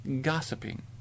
gossiping